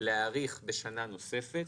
להאריך בשנה נוספת,